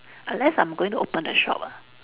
unless I'm going to open a shop ah